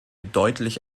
deutlich